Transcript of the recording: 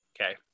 Okay